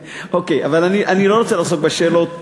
אוקיי, אבל אני לא רוצה לעסוק בשאלות האלה.